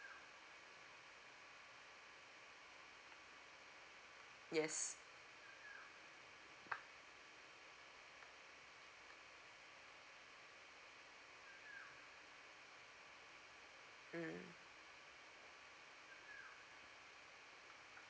yes mm